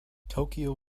tokyo